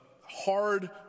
hard